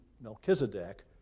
Melchizedek